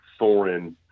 Thorin